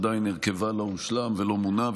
עדיין הרכבה לא הושלם ולא מונה,